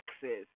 Texas